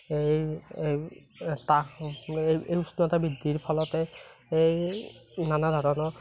এই উষ্ণতা বৃদ্ধিৰ ফলতে এই নানা ধৰণৰ